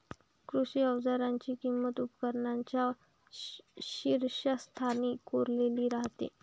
कृषी अवजारांची किंमत उपकरणांच्या शीर्षस्थानी कोरलेली राहते